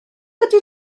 ydy